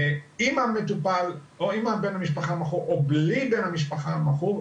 אם המטופל או בן המשפחה המכור או בלי בן המשפחה המכור,